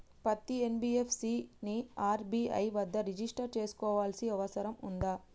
పత్తి ఎన్.బి.ఎఫ్.సి ని ఆర్.బి.ఐ వద్ద రిజిష్టర్ చేసుకోవాల్సిన అవసరం ఉందా?